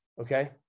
Okay